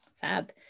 fab